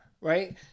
right